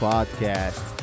Podcast